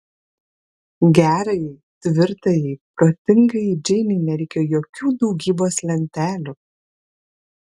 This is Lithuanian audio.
gerajai tvirtajai protingajai džeinei nereikia jokių daugybos lentelių